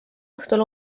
õhtul